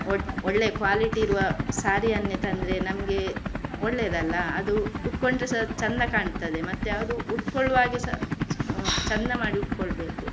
ಒ ಒಳ್ಳೆ ಕ್ವಾಲಿಟಿ ಇರುವ ಸಾರಿಯನ್ನೆ ತಂದರೆ ನಮಗೆ ಒಳ್ಳೆದಲ್ಲಾ ಅದು ಉಟ್ಟುಕೊಂಡ್ರೆ ಸಹ ಚೆಂದ ಕಾಣ್ತದೆ ಮತ್ತೆ ಅದು ಉಟ್ಟುಕೊಳ್ಳುವಾಗೆ ಸಹ ಚೆಂದ ಮಾಡಿ ಉಟ್ಟುಕೊಳ್ಬೇಕು